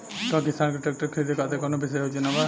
का किसान के ट्रैक्टर खरीदें खातिर कउनों विशेष योजना बा?